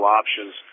options